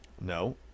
No